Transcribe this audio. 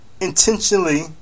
intentionally